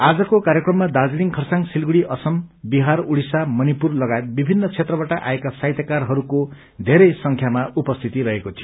आजको कार्यक्रममा दार्जीलिङ खरसाङ सिलगड़ी असम बिहार ओडिसा मणिपुर लगायत विमिन्न क्षेत्रबाट आएका साहित्यकारहरूको धेरै संख्यामा उपस्थिति रहेको थियो